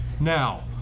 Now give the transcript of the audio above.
Now